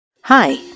Hi